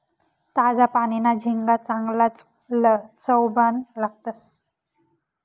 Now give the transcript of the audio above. ताजा पानीना झिंगा चांगलाज चवबन लागतंस